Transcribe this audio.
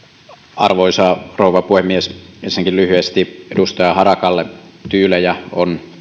arvoisa rouva puhemies ensinnäkin lyhyesti edustaja harakalle tyylejä on